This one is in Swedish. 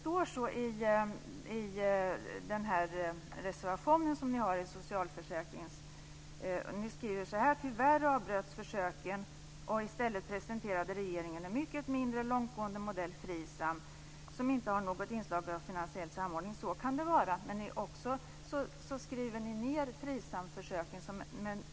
I den reservation som ni har i socialförsäkringsutskottets betänkande står följande: Tyvärr avbröts försöken och i stället presenterade regeringen en mycket mindre långtgående modell, Frisam, som inte har något inslag av finansiell samordning. Så kan det vara, men ni skriver också ned Frisamförsöken.